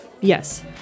Yes